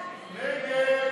נגד.